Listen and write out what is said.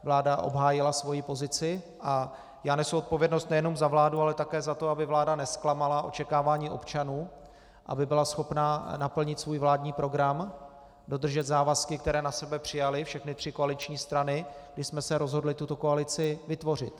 Vláda obhájila svoji pozici a já nesu odpovědnost nejenom za vládu, ale také za to, aby vláda nezklamala očekávání občanů, aby byla schopna naplnit svůj vládní program, dodržet závazky, které na sebe přijaly všechny tři koaliční strany, když jsme se rozhodli tuto koalici vytvořit.